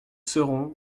serons